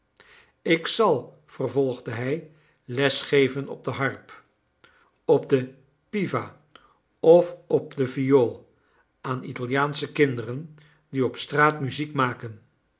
ik zal vervolgde hij les geven op de harp op de piva of op de viool aan italiaansche kinderen die op straat muziek maken